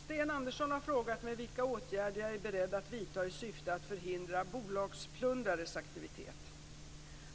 Fru talman! Sten Andersson har frågat mig vilka åtgärder jag är beredd att vidta i syfte att förhindra